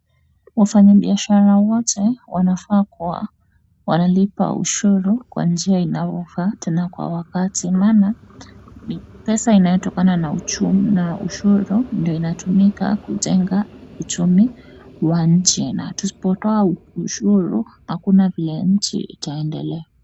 Wafanyibiashara wote wanafaa kuwa wanalipa ushuru kwa njia inayofaa tena kwa wakati. Maana pesa inayotokana na ushuru inatumika kujenga uchumi wa nchi , na tusipotoa ushuru hakuna vile nchi itaendelea.